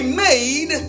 made